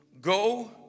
go